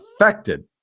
affected